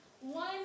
One